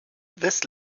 this